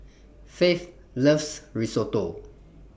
Faith loves Risotto